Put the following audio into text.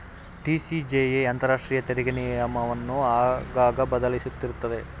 TCJA ಅಂತರಾಷ್ಟ್ರೀಯ ತೆರಿಗೆ ನಿಯಮವನ್ನು ಆಗಾಗ ಬದಲಿಸುತ್ತಿರುತ್ತದೆ